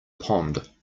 pond